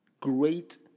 great